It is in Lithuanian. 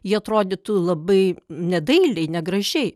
jie atrodytų labai nedailiai negražiai